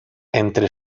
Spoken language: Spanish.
entre